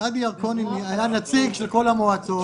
שהיה נציג של כל המועצות.